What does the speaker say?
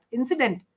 incident